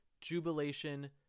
jubilation